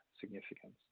significance